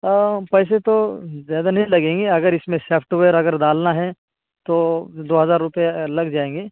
آ پیسے تو زیادہ نہیں لگیں گے اگر اس میں سافٹ ویئر اگر ڈالنا ہے تو دو ہزار روپے لگ جائیں گے